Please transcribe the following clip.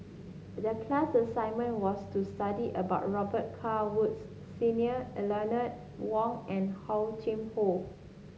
the class assignment was to study about Robet Carr Woods Senior Eleanor Wong and Hor Chim Or